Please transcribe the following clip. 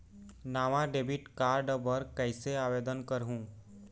नावा debit card बर कैसे आवेदन करहूं?